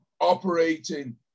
operating